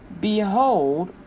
behold